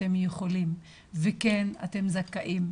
אתם יכולים וכן אתם זכאים,